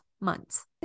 months